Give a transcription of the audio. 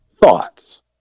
thoughts